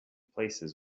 places